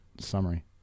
Summary